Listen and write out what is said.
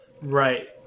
Right